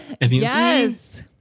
Yes